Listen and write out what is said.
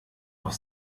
auf